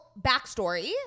backstory